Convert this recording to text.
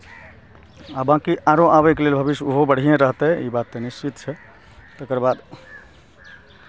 आ बाँकी आरो आबयके लेल भविष्य ओहो बढ़िएँ रहतै ई बात तऽ निश्चित छै तकर बाद